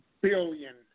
billion